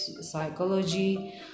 Psychology